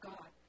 God